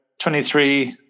23